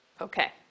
Okay